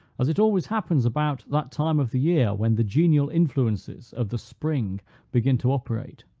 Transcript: as it always happens about that time of the year, when the genial influences of the spring begin to operate,